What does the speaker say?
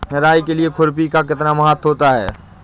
निराई के लिए खुरपी का कितना महत्व होता है?